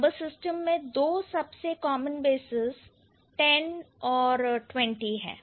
number system में दो सबसे common bases 10 और 20 है